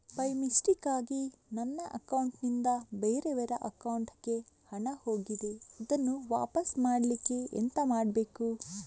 By ಮಿಸ್ಟೇಕಾಗಿ ನನ್ನ account ನಿಂದ ಬೇರೆಯವರ ಅಕೌಂಟ್ ಗೆ ಹಣ ಹೋಗಿದೆ ಅದನ್ನು ವಾಪಸ್ ಪಡಿಲಿಕ್ಕೆ ಎಂತ ಮಾಡಬೇಕು?